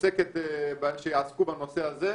שעוסקת בנושא הזה.